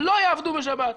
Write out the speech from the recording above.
לא יעבדו בשבת,